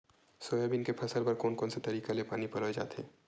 Soybean के फसल बर कोन से तरीका ले पानी पलोय जाथे?